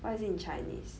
what is it in Chinese